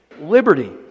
liberty